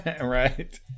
Right